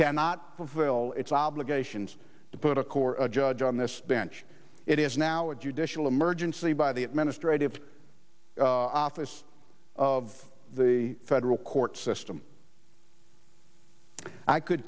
cannot fulfill its obligations to put a core a judge on this bench it is now a judicial emergency by the administrative office of the federal court system i could